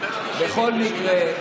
בכל מקרה,